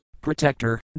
Protector